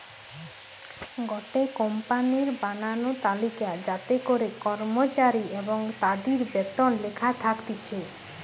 গটে কোম্পানির বানানো তালিকা যাতে করে কর্মচারী এবং তাদির বেতন লেখা থাকতিছে